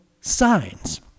signs